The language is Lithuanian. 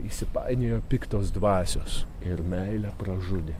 įsipainiojo piktos dvasios ir meilę pražudė